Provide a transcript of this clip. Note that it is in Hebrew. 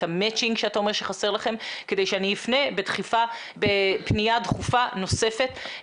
את המצ'ינג שאתה אומר שחסר לכם כדי שאני אפנה בפנייה דחופה נוספת,